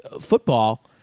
football